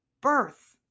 birth